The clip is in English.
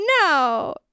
No